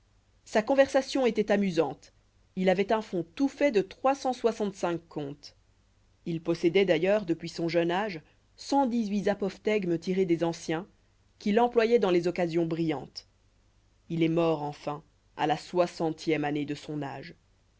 sa conversation étoit amusante il avoit un fonds tout fait de trois cent soixante-cinq contes il possédoit d'ailleurs depuis son jeune âge cent dix-huit apophtegmes tirés des anciens qu'il employoit dans les occasions brillantes il est mort enfin à la soixantième année de son âge